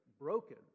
broken